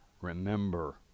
remember